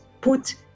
put